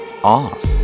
off